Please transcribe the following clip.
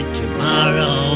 tomorrow